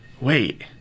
wait